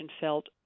felt